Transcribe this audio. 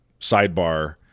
sidebar